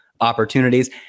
opportunities